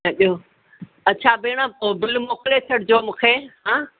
ऐं ॿियो अच्छा भेण पोइ बिल मोकिले छॾिजो मूंखे हा